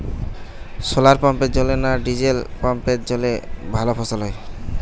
শোলার পাম্পের জলে না ডিজেল পাম্পের জলে ভালো ফসল হয়?